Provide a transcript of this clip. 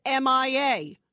mia